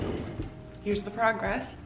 here's the progress